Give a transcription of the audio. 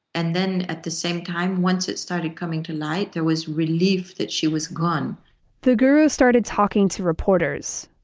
and then at the same time once it started coming to light, there was relief that she was gone the guru started talking to reporters.